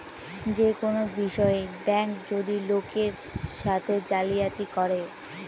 যে কোনো বিষয়ে ব্যাঙ্ক যদি লোকের সাথে জালিয়াতি করে